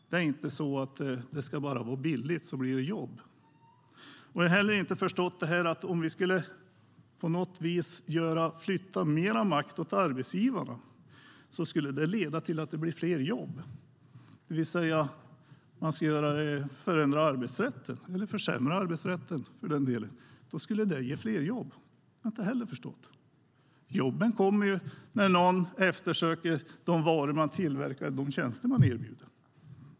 Det blir inte jobb bara för att det är billigt. Jag har heller inte förstått detta med att det skulle leda till fler jobb om vi flyttar mer makt till arbetsgivarna och förändrar eller för den delen försämrar arbetsrätten. Jobben kommer ju när någon efterfrågar de varor man tillverkar och de tjänster man erbjuder.